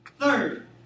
third